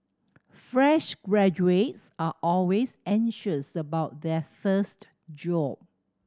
fresh graduates are always anxious about their first job